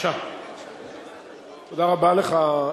תודה רבה לך,